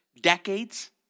decades